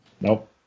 Nope